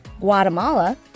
Guatemala